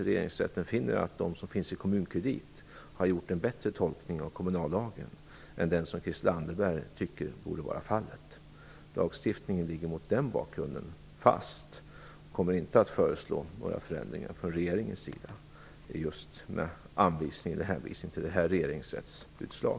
Regeringsrätten kan finna att de som finns i Kommuninvest har gjort en bättre tolkning av kommunallagen än den som Christel Anderberg tycker borde vara fallet. Lagstiftningen ligger mot den bakgrunden fast, och jag kommer inte att föreslå några förändringar från regeringens sida just med hänvisning till detta regeringsrättsutslag.